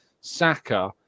Saka